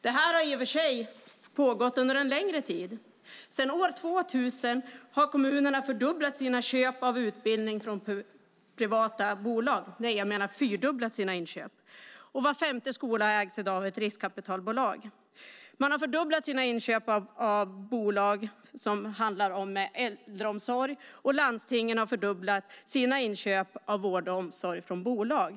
Detta har i och för sig pågått under en längre tid. Sedan år 2000 har kommunerna fyrdubblat sina inköp av utbildning från privata bolag, och var femte skola ägs i dag av ett riskkapitalbolag. Man har fördubblat sina inköp av äldreomsorg från bolag, och landstingen har fördubblat sina inköp av vård och omsorg från bolag.